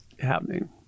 happening